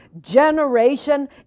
generation